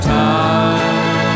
time